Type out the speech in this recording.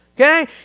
Okay